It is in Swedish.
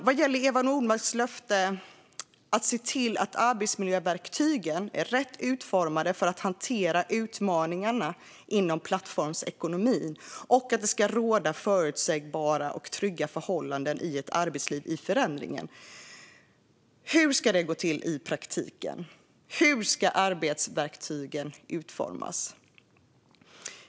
Vad gäller Eva Nordmarks löfte om att se till att arbetsmiljöverktygen är rätt utformade för att hantera utmaningarna inom plattformsekonomin och att det ska råda förutsägbara och trygga förhållanden i ett arbetsliv i förändring undrar jag hur det ska gå till i praktiken. Hur ska arbetsmiljöverktygen utformas?